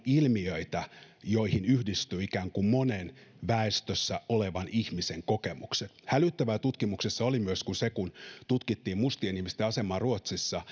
ilmiöitä joihin yhdistyy ikään kuin monen väestössä olevan ihmisen kokemukset hälyttävää tutkimuksessa oli myös se että kun tutkittiin mustien ihmisten asemaa ruotsissa